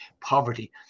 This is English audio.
poverty